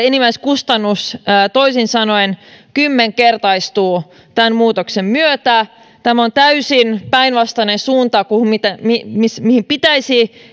enimmäiskustannus toisin sanoen kymmenkertaistuu tämän muutoksen myötä tämä on täysin päinvastainen suunta kuin mihin pitäisi